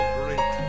great